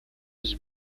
was